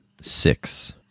Six